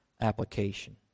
application